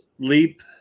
Leap